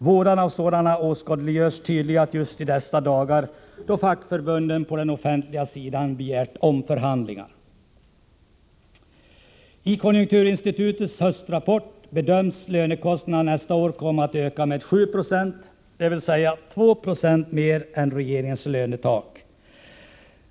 Vådan av sådana åskådliggörs tydligt just i dessa dagar då fackförbunden på den offentliga sidan begärt omförhandlingar. I konjunkturinstitutets höstrapport bedöms lönekostnaderna nästa år komma att öka med 7 96, dvs. 2 Zo mer än regeringens lönetak.